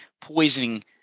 poisoning